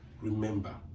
remember